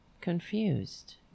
confused